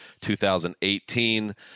2018